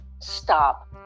stop